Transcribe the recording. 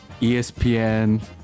ESPN